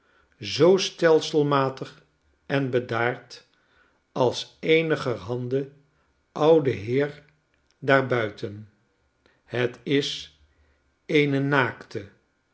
zoo stelselmatig en bedaard als eenigerhande oude heer daar buiten het is eene